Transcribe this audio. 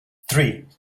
three